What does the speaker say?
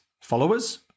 followers